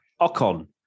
Ocon